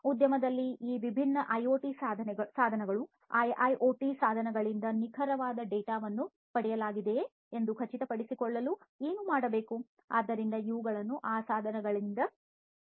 ಉದ್ಯಮದಲ್ಲಿ ಈ ವಿಭಿನ್ನ ಐಒಟಿ ಸಾಧನಗಳು ಐಐಒಟಿ ಸಾಧನಗಳಿಂದ ನಿಖರವಾದ ಡೇಟಾವನ್ನು ಪಡೆಯಲಾಗಿದೆಯೆ ಎಂದು ಖಚಿತಪಡಿಸಿಕೊಳ್ಳಲು ಏನು ಮಾಡಬೇಕು ಆದ್ದರಿಂದ ಇವುಗಳನ್ನು ಈ ಸಾಧನಗಳಿಂದ ಪಡೆಯಲಾಗುತ್ತದೆ